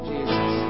Jesus